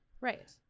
Right